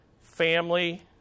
family